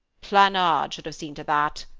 planard should have seen to that,